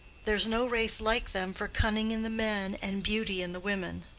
there's no race like them for cunning in the men and beauty in the women.